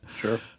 sure